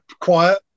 quiet